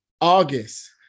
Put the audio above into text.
August